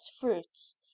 fruits